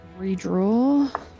redraw